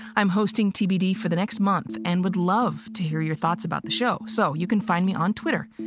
i'm hosting tbd for the next month and would love to hear your thoughts about the show so you can find me on twitter.